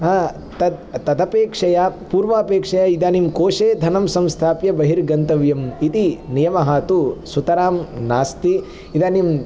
तद् तदपेक्षया पूर्वापेक्षया इदानीं कोशे धनं संस्थाप्य बहिर्गन्तव्यम् इति नियमः तु सुतरां नास्ति इदानीम्